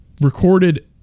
recorded